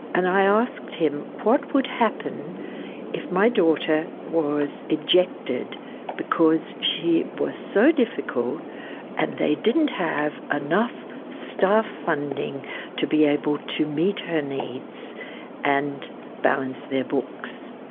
and i asked him what would happen if my daughter was ejected because she was so difficult and they didn't have enough staff funding to be able to meet her needs and balance their books.